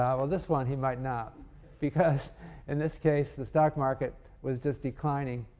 um ah this one he might not because in this case the stock market was just declining